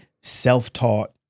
self-taught